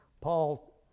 Paul